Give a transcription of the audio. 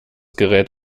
gerät